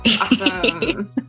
Awesome